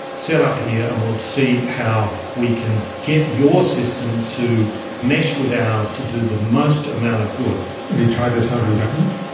set up here and we'll see how we can get your system to mesh with ours to do the most amount of good. have you tried this out on government?